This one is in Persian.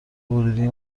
ورودی